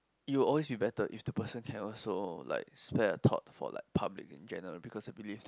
it will always be better if the person can also like spare a thought for like public in general because I believe that